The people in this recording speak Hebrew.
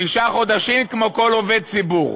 תשעה חודשים כמו כל עובד ציבור.